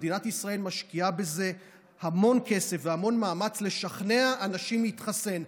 מדינת ישראל משקיעה המון כסף והמון מאמץ בלשכנע אנשים להתחסן.